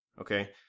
okay